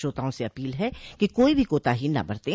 श्रोताओं से अपील है कि कोई भी कोताही न बरतें